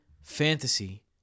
fantasy